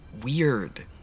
weird